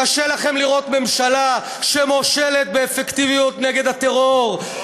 קשה לכם לראות ממשלה שמושלת באפקטיביות נגד הטרור,